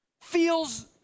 feels